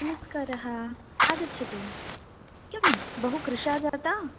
नमस्कारः आगच्छतु किं बहु कृशा जाता